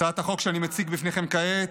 הצעת החוק שאני מציג בפניכם כעת,